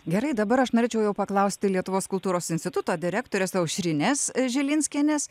gerai dabar aš norėčiau jau paklausti lietuvos kultūros instituto direktorės aušrinės žilinskienės